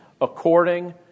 according